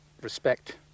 respect